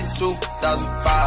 2005